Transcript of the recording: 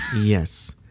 Yes